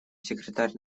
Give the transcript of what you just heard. секретарь